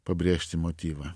pabrėžti motyvą